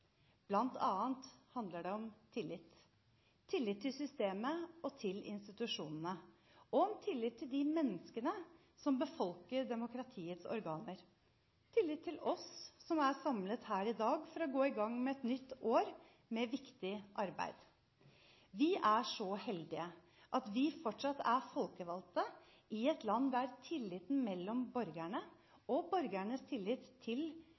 handler det om tillit – tillit til systemet og institusjonene, tillit til de menneskene som befolker demokratiets organer, og tillit til oss som er samlet her i dag for å gå i gang med et nytt år med viktig arbeid. Vi er så heldige at vi fortsatt er folkevalgte i et land der tilliten mellom borgerne og borgernes tillit til